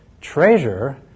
treasure